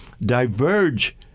diverge